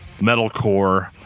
metalcore